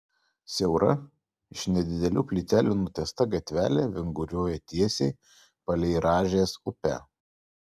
siaura iš nedidelių plytelių nutiesta gatvelė vinguriuoja tiesiai palei rąžės upę